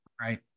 right